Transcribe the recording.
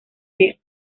del